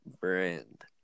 brand